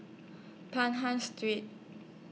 Pahang Street